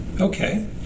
Okay